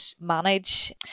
manage